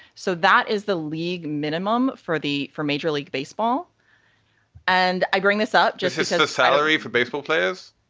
so that is the league minimum for the four major league baseball and i bring this up just to set a salary for baseball players.